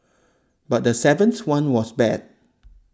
but the seventh one was bad